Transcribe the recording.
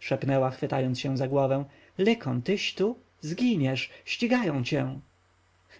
szepnęła chwytając się za głowę lykon tyś tu zginiesz ścigają cię